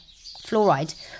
Fluoride